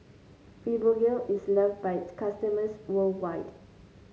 Fibogel is loved by its customers worldwide